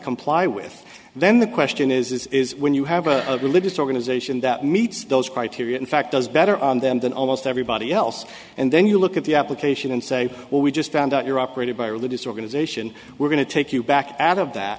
comply with and then the question is when you have a religious organization that meets those criteria in fact does better on them than almost everybody else and then you look at the application and say well we just found out you're operated by religious organization we're going to take you back out of that